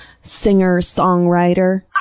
singer-songwriter